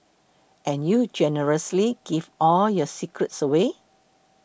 and you generously give all your secrets away